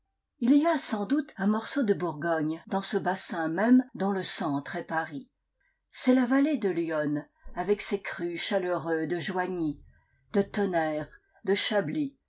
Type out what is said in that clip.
il y a sans doute un morceau de bourgogne dans ce bassin même dont le centre est paris c'est la vallée de l'yonne avec ses crûs chaleureux de joigny de tonnerre de chablis